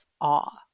awe